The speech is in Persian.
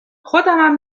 خودمم